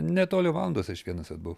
netoli valandos aš vienas atbuvau